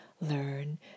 learn